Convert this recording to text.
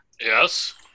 Yes